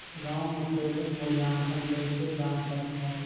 गांव म क्रेडिट मूल्यांकन कइसे जान सकथव?